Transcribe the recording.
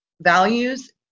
values